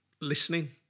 Listening